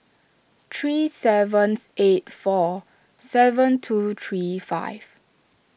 three seven eight four seven two three five